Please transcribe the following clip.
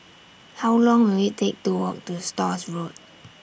How Long Will IT Take to Walk to Stores Road